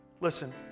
Listen